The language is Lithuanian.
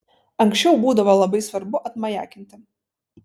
anksčiau būdavo labai svarbu atmajakinti